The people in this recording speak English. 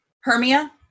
Hermia